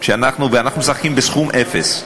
ואנחנו משחקים בסכום אפס.